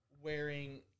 wearing